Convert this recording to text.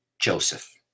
Joseph